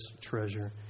treasure